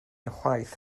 chwaith